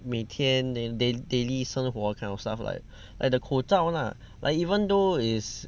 每天 then day daily 生活 kind of stuff like like the 口罩 lah like even though it's